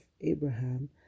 Abraham